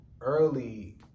early